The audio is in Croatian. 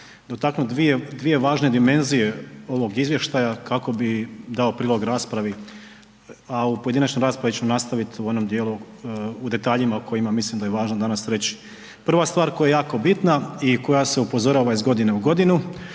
dotaknuti dvije važne dimenzije ovog izvještaja kako bi dao prilog raspravi, a u pojedinačnoj raspravi ću nastaviti u onom dijelu u detaljima o kojima mislim da je važno danas reći. Prva stvar koja je jako bitna i koja se upozorava iz godine u godinu,